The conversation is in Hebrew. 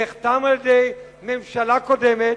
נחתם על-ידי ממשלה קודמת,